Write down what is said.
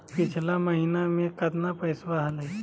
पिछला महीना मे कतना पैसवा हलय?